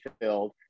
filled